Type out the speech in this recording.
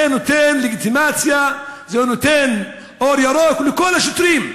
זה נותן לגיטימציה, זה נותן אור ירוק לכל השוטרים,